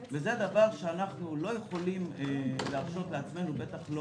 זה דבר שאנחנו לא יכולים להרשות לעצמנו, בטח לא